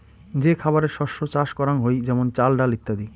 যে খাবারের শস্য চাষ করাঙ হই যেমন চাল, ডাল ইত্যাদি